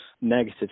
negative